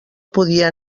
podia